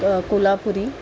Kolhapuri